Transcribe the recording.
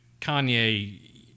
Kanye